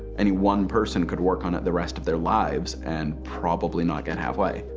any one person could work on it the rest of their lives and probably not get half way.